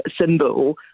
symbol